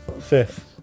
Fifth